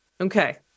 Okay